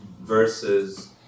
versus